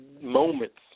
moments